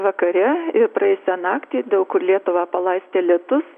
vakare ir praėjusią naktį daug kur lietuvą palaistė lietus